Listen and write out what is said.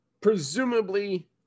Presumably